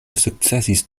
sukcesis